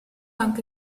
anche